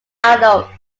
adults